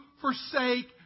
forsake